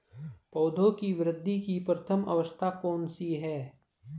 पौधों की वृद्धि की प्रथम अवस्था कौन सी है?